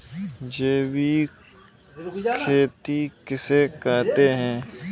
जैविक खेती किसे कहते हैं?